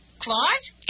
claws